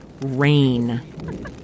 rain